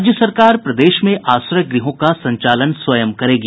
राज्य सरकार प्रदेश में आश्रय गृहों का संचालन स्वयं करेगी